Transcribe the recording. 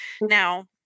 Now